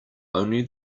only